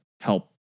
help